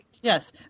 Yes